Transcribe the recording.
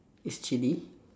it's chili